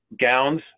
gowns